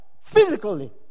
Physically